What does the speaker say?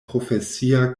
profesia